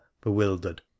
bewildered